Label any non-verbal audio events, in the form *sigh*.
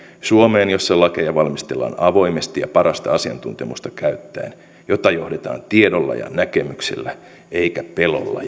suomeen jossa lakeja valmistellaan avoimesti ja parasta asiantuntemusta käyttäen ja jota *unintelligible* johdetaan tiedolla ja näkemyksellä eikä pelolla *unintelligible*